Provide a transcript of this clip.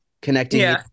connecting